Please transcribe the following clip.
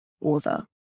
author